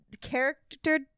character